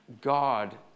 God